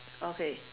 okay